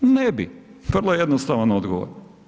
Ne bi, vrlo jednostavan odgovor.